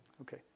Okay